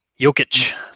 Jokic